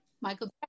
michael